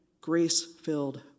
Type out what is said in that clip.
grace-filled